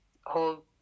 whole